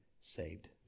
saved